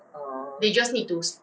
oh